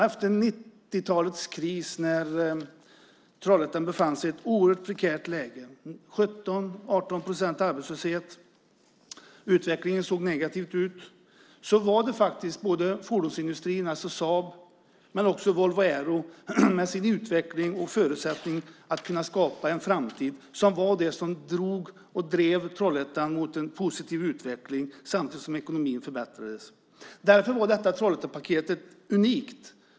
Efter 90-talets kris när Trollhättan befann sig i ett oerhört prekärt läge med 17-18 procents arbetslöshet och en utveckling som såg negativ ut var det fordonsindustrin, alltså Saab och Volvo Aero, som med sin utveckling och förutsättning att skapa en framtid drev Trollhättan mot en positiv utveckling samtidigt som ekonomin förbättrades. Därför var det här Trollhättepaketet unikt.